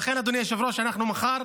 לכן, אדוני היושב-ראש, אנחנו מחר